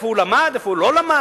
איפה הוא למד ואיפה הוא לא למד?